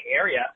area